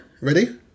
ready